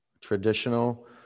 traditional